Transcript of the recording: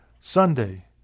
Sunday